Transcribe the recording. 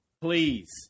please